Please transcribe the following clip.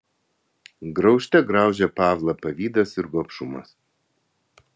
graužte graužė pavlą pavydas ir gobšumas